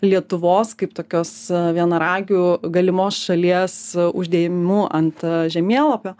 lietuvos kaip tokios vienaragių galimos šalies uždėjimu ant žemėlapio